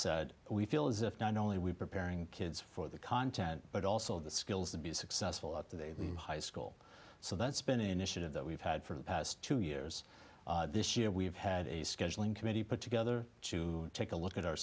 said we feel as if not only are we preparing kids for the content but also the skills to be successful at the high school so that's been initiative that we've had for the past two years this year we've had a scheduling committee put together to take a look at our